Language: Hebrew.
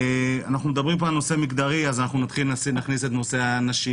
אנחנו מדברים פה על נושא מגדרי אז נתחיל להכניס את נושא הנשים